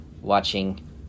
watching